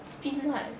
spin what